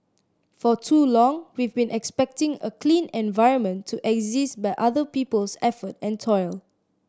for too long we've been expecting a clean environment to exist by other people's effort and toil